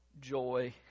joy